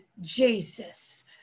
Jesus